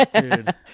Dude